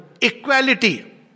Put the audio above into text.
Equality